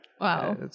Wow